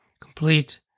complete